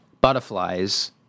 butterflies